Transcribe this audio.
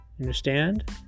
understand